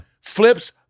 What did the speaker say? Flips